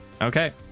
Okay